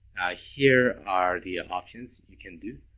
here are the options you can do.